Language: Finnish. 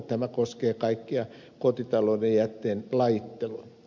tämä koskee kaikkea kotitalousjätteen lajittelua